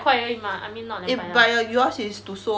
eh but your yours is to seoul [what] 不是 to